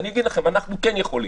אנחנו כן יכולים,